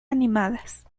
animadas